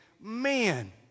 man